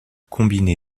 combiné